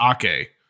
Ake